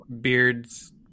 Beards